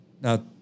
Now